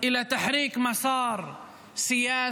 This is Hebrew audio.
תודה רבה, אדוני היושב-ראש.